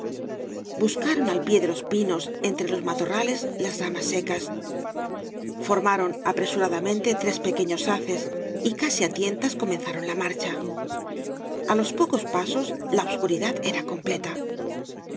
buscaron al pie de los pinos entre loa matorrales las ramas secas formaron apresuradamente tres pequeños haces y casi á tientas co menzaron la marcha a los pocos pasos la obscu ridad era completa